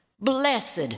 Blessed